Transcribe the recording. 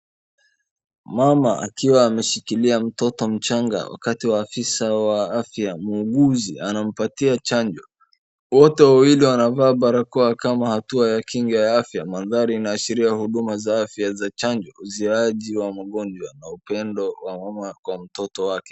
Mama akiwa ameshikilia mtoto mchanga wakati waafisa wa afya. Muuguzi anampatia chanjo. Wote wawili wanavaa barakoa kama hatua ya kinga ya afya. Mandhari inaashiria huduma za afya za chanjo uzuiliaji wa magonjwa na upendo wa mama kwa mtoto wake.